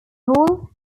hall